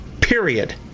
Period